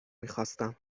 میخواستم